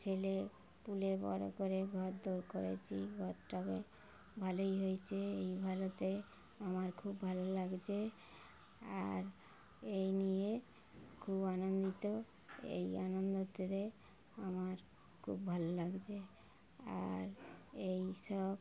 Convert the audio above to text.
ছেলে পুলে বড় করে ঘর দোর করেছি ঘরটাকে ভালোই হয়েছে এই ভালোতে আমার খুব ভালো লাগছেে আর এই নিয়ে খুব আনন্দিত এই আনন্দতে আমার খুব ভালো লাগছেে আর এই সব